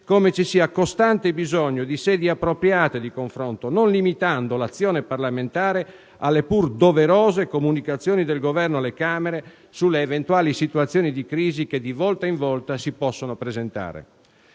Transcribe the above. come ci sia costante bisogno di sedi appropriate di confronto, non dovendosi l'azione parlamentare limitare alle pur doverose comunicazioni del Governo alle Camere sulle eventuali situazioni di crisi che di volta in volta si possono presentare.